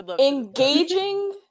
Engaging